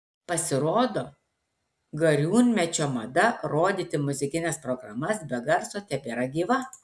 pasirodo gariūnmečio mada rodyti muzikines programas be garso tebėra gyva